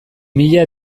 mila